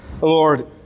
Lord